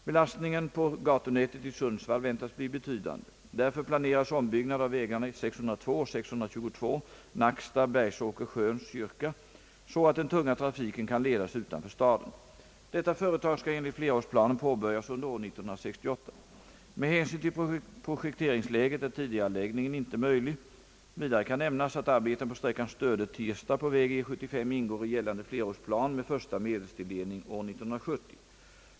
Belastningen på gatunätet i Sundsvall väntas bli betydande. Därför planeras ombyggnad av vägarna 602 och 622 Nacksta—Bergsåker—Sköns kyrka så att den tunga trafiken kan ledas utanför staden. Detta företag skall enligt flerårsplanen påbörjas under år 1968. Med hänsyn till projekteringsläget är tidigareläggning inte möjlig. Vidare kan nämnas, att arbeten på sträckan Stöde—Tirsta på väg E 75 ingår i gällande flerårsplan med första medelstilldelning år 1970.